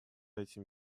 этим